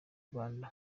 rwanda